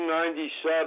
1997